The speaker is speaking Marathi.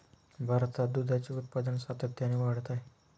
भारतात दुधाचे उत्पादन सातत्याने वाढत आहे